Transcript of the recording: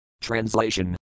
Translation